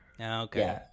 Okay